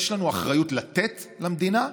יש לנו אחריות לתת למדינה,